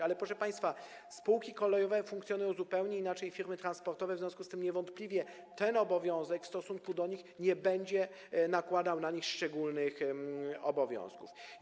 Ale, proszę państwa, spółki kolejowe funkcjonują zupełnie inaczej niż firmy transportowe, w związku z czym niewątpliwie ten obowiązek w stosunku do nich nie będzie na nie nakładał szczególnych powinności.